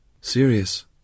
Serious